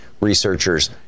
researchers